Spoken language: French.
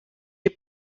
est